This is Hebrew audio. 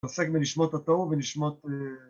נוסק בנשמות הטוב ונשמות